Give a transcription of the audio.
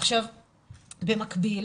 במקביל